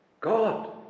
God